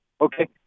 Okay